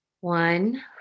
One